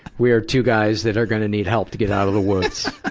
we are two guys that are gonna need help to get out of the woods.